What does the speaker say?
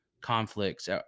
conflicts